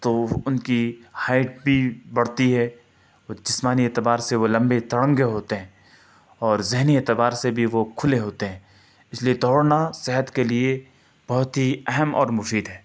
تو ان کی ہائٹ بھی بڑھتی ہے اور جسمانی اعتبار سے وہ لمبے تڑنگے ہوتے ہیں اور ذہنی اعتبار سے بھی وہ کھلے ہوتے ہیں اس لیے دوڑنا صحت کے لیے بہت ہی اہم اور مفید ہے